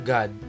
God